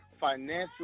financial